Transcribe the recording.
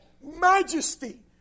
majesty